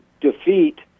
defeat